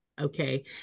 okay